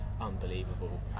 unbelievable